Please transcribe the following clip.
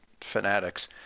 fanatics